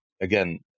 again